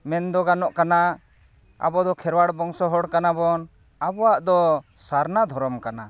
ᱢᱮᱱᱫᱚ ᱜᱟᱱᱚᱜ ᱠᱟᱱᱟ ᱟᱵᱚ ᱫᱚ ᱠᱷᱮᱨᱣᱟᱲ ᱵᱚᱝᱥᱚ ᱦᱚᱲ ᱠᱟᱱᱟ ᱵᱚᱱ ᱟᱵᱚᱣᱟᱜ ᱫᱚ ᱥᱟᱨᱱᱟ ᱫᱷᱚᱨᱚᱢ ᱠᱟᱱᱟ